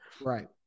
Right